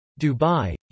Dubai